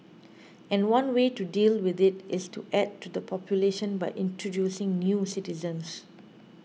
and one way to deal with it is to add to the population by introducing new citizens